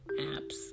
apps